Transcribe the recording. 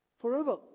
forever